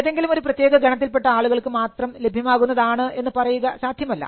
ഏതെങ്കിലും ഒരു പ്രത്യേക ഗണത്തിൽ പെട്ട ആളുകൾക്ക് മാത്രം ലഭ്യമാകുന്നതാണ് എന്ന് പറയുക സാധ്യമല്ല